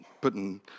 putting